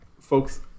folks